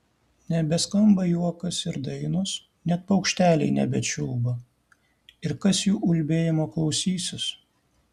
nebeskamba juokas ir dainos net paukšteliai nebečiulba ir kas jų ulbėjimo klausysis